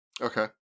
Okay